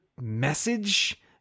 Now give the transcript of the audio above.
message